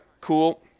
cool